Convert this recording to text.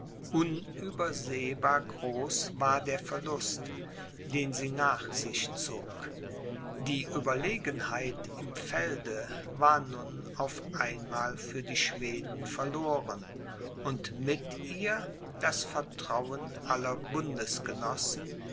unübersehbar groß war der verlust den sie nach sich zog die ueberlegenheit im felde war nun auf einmal für die schweden verloren und mit ihr das vertrauen aller